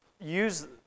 use